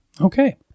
Okay